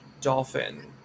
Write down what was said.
dolphin